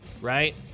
right